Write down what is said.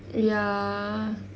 ya